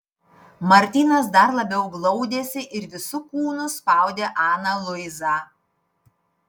martynas dar labiau glaudėsi ir visu kūnu spaudė aną luizą